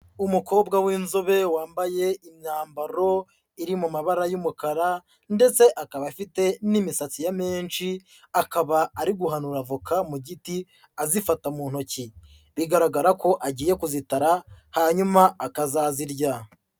Umukobwa w'inzobe, wambaye imyambaro iri mu mabara y'umukara ndetse akaba afite n'imisatsi ya menshi, akaba ari guhanura voka mu giti, azifata mu ntoki. Bigaragara ko agiye kuzitara, hanyuma akazazirya.